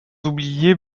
oublier